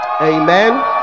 amen